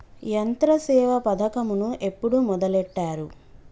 యంత్రసేవ పథకమును ఎప్పుడు మొదలెట్టారు?